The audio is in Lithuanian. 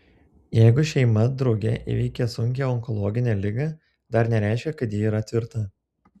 jeigu šeima drauge įveikė sunkią onkologinę ligą dar nereiškia kad ji yra tvirta